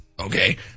Okay